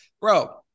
bro